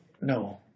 No